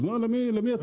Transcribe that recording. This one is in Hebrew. אז למי אתם עוזרים?